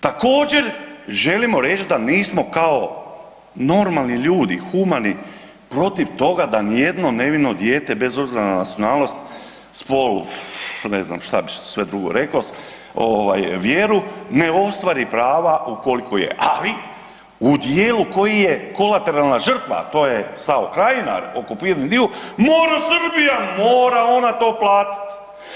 Također želimo reći da nismo kao normalni ljudi, humani protiv toga da ni jedno nevino dijete bez obzira na nacionalnost, spol, pa ne znam šta bi sve drugo rekao, ovaj vjeru ne ostvari prava ukoliko je ali u dijelu koji je kolateralna žrtva, a to je SAO Krajina okupirani …/nerazumljivo/… mora Srbija, mora ona to platiti.